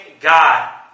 God